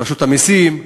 רשות המסים,